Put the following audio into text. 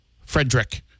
Frederick